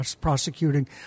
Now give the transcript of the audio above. prosecuting